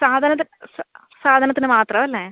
സാധനത്തി സാ സാധനത്തിന് മാത്രമല്ലേ